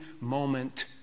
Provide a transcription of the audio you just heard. moment